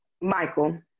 Michael